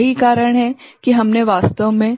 यही कारण है कि हमने वास्तव में